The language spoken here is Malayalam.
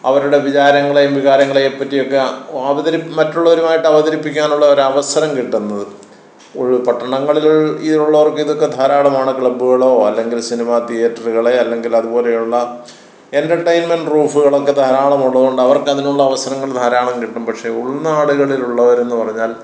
അവരുടെ വിചാരങ്ങളെയും വികാരങ്ങളെയും പറ്റിയൊക്കെ അവതരി മറ്റുള്ളവരുമായിട്ട് അവതരിപ്പിക്കാനുള്ളരവസരം കിട്ടുന്നത് ഇപ്പോൾ പട്ടണങ്ങളില് ഈ ഉള്ളവർക്ക് ഇതൊക്കെ ധാരാളമാണ് ക്ലബ്ബുകളോ അല്ലെങ്കിൽ സിനിമ തിയേറ്ററുകളേ അല്ലെങ്കിൽ അതുപോലെയുള്ള എൻറ്റർടെയ്ന്മെൻറ്റ് റൂഫുകളൊക്കെ ധാരാളമുള്ളത് കൊണ്ട് അവർക്കതിനുള്ള അവസരങ്ങൾ ധാരാളം കിട്ടും പക്ഷേ ഉൾനാടുകളിലുള്ളവരെന്നു പറഞ്ഞാൽ